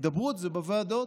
הידברות זה בוועדות,